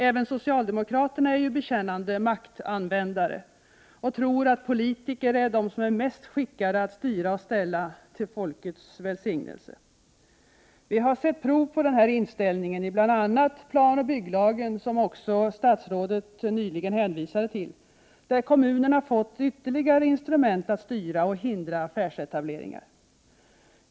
Även socialdemokraterna är ju bekännande maktanvändare och tror att politiker är de som är mest skickade att styra och ställa till folkets välsignelse. Vi har sett prov på denna inställning i bl.a. planoch bygglagen — som statsrådet nyligen hänvisade till — där kommunerna har fått ytterligare instrument att styra och hindra affärsetableringar.